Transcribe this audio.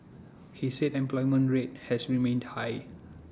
he said employment rate has remained high